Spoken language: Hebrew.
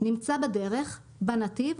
"נמצא בדרך" בנתיב,